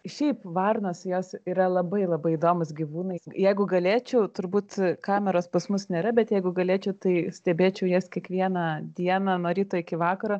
šiaip varnos jos yra labai labai įdomūs gyvūnai jeigu galėčiau turbūt kameros pas mus nėra bet jeigu galėčiau tai stebėčiau jas kiekvieną dieną nuo ryto iki vakaro